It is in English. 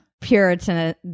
Puritan